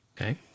Okay